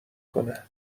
کنه